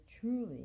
truly